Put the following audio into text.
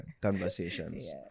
conversations